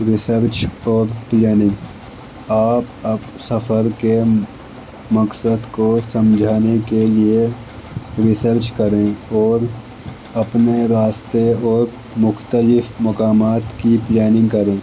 research اور planning آپ اپ سفر کے مکصد کو سمجھانے کے لیے ریسرچ کریں اور اپنے راستے اور مختلف مقامات کی پلاننگ کریں